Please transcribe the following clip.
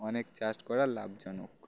অনেক চাষ করা লাভজনক